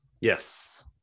Yes